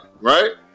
right